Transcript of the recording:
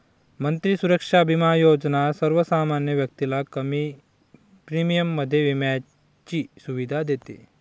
मंत्री सुरक्षा बिमा योजना सर्वसामान्य व्यक्तीला कमी प्रीमियम मध्ये विम्याची सुविधा देते